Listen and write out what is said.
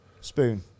Spoon